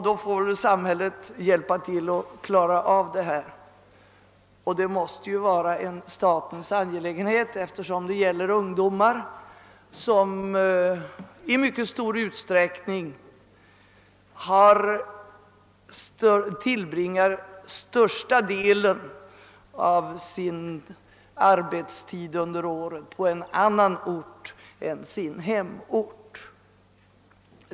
Då får alltså samhället gripa in, vilket bör vara en statens angelägenhet, eftersom det gäller ungdomar varav de flesta tillbringat största delen av sin arbetstid under året på en annan ort än sin hemort.